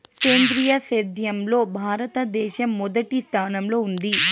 సేంద్రీయ సేద్యంలో భారతదేశం మొదటి స్థానంలో ఉంది